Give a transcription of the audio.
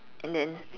and then